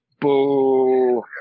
Boo